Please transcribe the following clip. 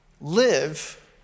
live